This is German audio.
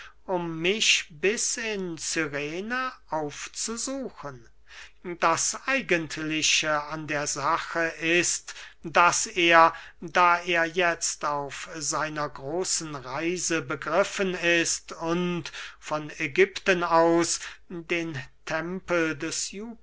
um mich bis in cyrene aufzusuchen das eigentliche an der sache ist daß er da er jetzt auf seiner großen reise begriffen ist und von ägypten aus den tempel des